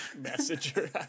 messenger